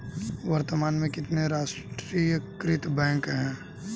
वर्तमान में कितने राष्ट्रीयकृत बैंक है?